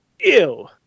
ew